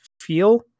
feel